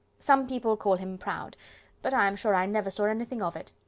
some people call him proud but i am sure i never saw anything of it.